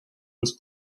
was